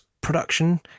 production